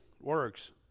works